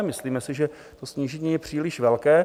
Myslíme si, že snížení je příliš velké.